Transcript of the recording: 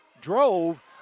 drove